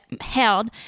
held